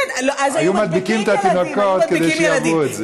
היו מדביקים את התינוקות כדי שיעברו את זה.